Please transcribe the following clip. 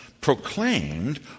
proclaimed